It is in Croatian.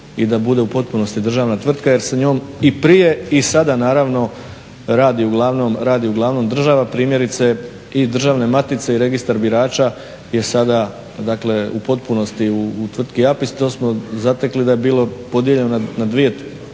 i da bude u potpunosti državna tvrtka jer sa njom i prije i sada naravno radi uglavnom država, primjerice i državne matice i registar birača je sada, dakle u potpunosti u tvrtki Apis. To smo zatekli da je bilo podijeljeno na dvije,